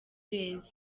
beza